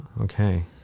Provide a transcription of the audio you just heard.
okay